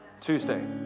Tuesday